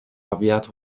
avviato